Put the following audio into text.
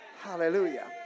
Hallelujah